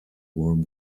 warm